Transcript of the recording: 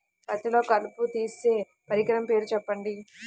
పత్తిలో కలుపు తీసే పరికరము పేరు చెప్పండి